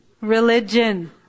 Religion